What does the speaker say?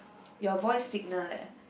your voice signal leh